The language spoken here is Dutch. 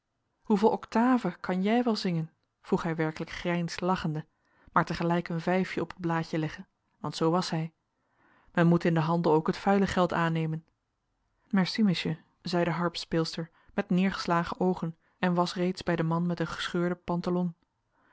hoeveel octaven kan jij wel zingen vroeg hij werkelijk grijnslachende maar tegelijk een vijfje op t blaadje leggende want zoo was hij men moet in den handel ook het vuile geld aannemen merci monsieur zei de harpspeelster met neergeslagen oogen en was reeds bij den man met den gescheurden pantalon